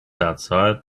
outside